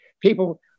People